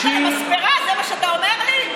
מתי הלכת למספרה, זה מה שאתה אומר לי?